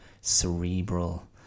cerebral